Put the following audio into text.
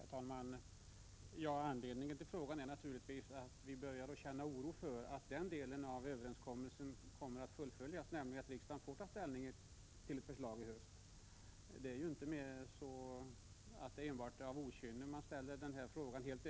Herr talman! Anledningen till att jag har ställt frågan är naturligtvis oron för att överenskommelsen med LRF inte kommer att fullföljas, dvs. om riksdagen inte får ta ställning till ett förslag i höst.